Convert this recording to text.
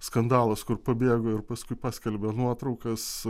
skandalas kur pabėgo ir paskui paskelbė nuotraukas